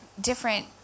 different